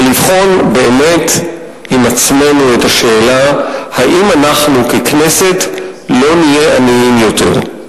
ולבחון באמת עם עצמנו את השאלה אם אנחנו ככנסת לא נהיה עניים יותר,